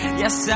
yes